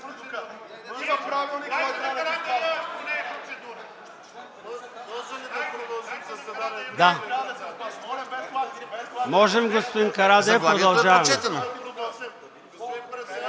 можем, господин Карадайъ – продължаваме.